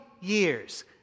years